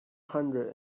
hundred